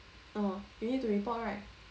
orh you need to report right